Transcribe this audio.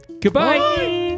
Goodbye